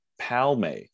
Palme